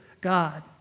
God